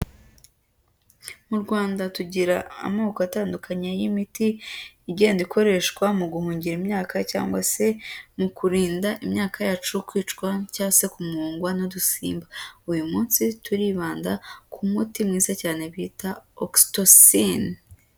Mu Rwanda tugira amoko atandukanye y'imiti igenda ikoreshwa mu guhungira imyaka cyangwa se mu kurinda imyaka yacu kwicwa cyangwa se kumungwa n'udusimba, uyu munsi turibanda ku muti mwiza cyane bita Oxytocin.